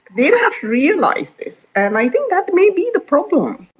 they haven't realised this, and i think that may be the problem.